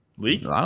Leak